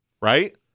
right